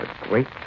great